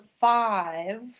five